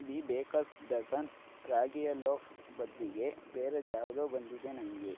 the bakers dozen ರಾಗಿಯ loaf ಬದಲಿಗೆ ಬೇರೇದ್ಯಾವ್ದೋ ಬಂದಿದೆ ನನಗೆ